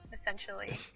essentially